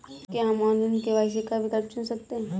क्या हम online KYC का विकल्प चुन सकते हैं?